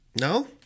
No